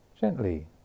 gently